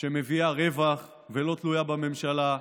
שמביאה רווח ולא תלויה בממשלה,